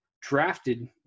drafted